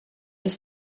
his